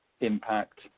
impact